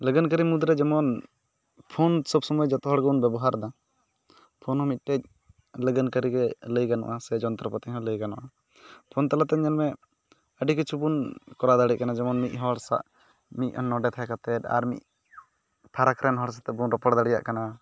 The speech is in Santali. ᱞᱟᱜᱟᱱ ᱠᱟᱹᱨᱤ ᱢᱩᱫᱽᱨᱮ ᱡᱮᱢᱚᱱ ᱯᱷᱳᱱ ᱥᱚᱵᱥᱳᱢᱳᱭ ᱡᱚᱛᱚ ᱦᱚᱲ ᱵᱚᱱ ᱵᱮᱵᱚᱦᱟᱨ ᱮᱫᱟ ᱯᱷᱳᱱ ᱦᱚᱸ ᱢᱤᱫᱴᱮᱱ ᱞᱟᱜᱟᱱ ᱠᱟᱹᱨᱤᱜᱮ ᱞᱟᱹᱭ ᱜᱟᱱᱚᱜᱼᱟ ᱥᱮ ᱡᱚᱱᱛᱨᱚᱯᱟᱛᱤ ᱦᱚᱸ ᱞᱟᱹᱭ ᱜᱟᱱᱚᱜᱼᱟ ᱯᱷᱳᱱ ᱛᱟᱞᱟᱛᱮ ᱧᱮᱞᱢᱮ ᱟᱹᱰᱤ ᱠᱤᱪᱷᱩᱵᱚᱱ ᱠᱚᱨᱟᱣ ᱫᱟᱲᱮᱭᱟᱜ ᱠᱟᱱᱟ ᱡᱮᱢᱚᱱ ᱢᱤᱫ ᱦᱚᱲ ᱥᱟᱶ ᱢᱤᱫ ᱱᱚᱰᱮ ᱛᱟᱦᱮ ᱠᱟᱛᱮᱫ ᱟᱨᱢᱤᱫ ᱯᱷᱟᱨᱟᱠ ᱨᱮᱱ ᱦᱚᱲ ᱥᱟᱣᱛᱮ ᱵᱚᱱ ᱨᱚᱯᱚᱲ ᱫᱟᱲᱮᱭᱟᱜ ᱠᱟᱱᱟ